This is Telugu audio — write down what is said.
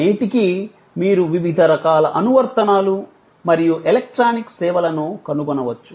నేటికీ మీరు వివిధ రకాల అనువర్తనాలు మరియు ఎలక్ట్రానిక్ సేవలను కనుగొనవచ్చు